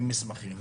עם מסמכים,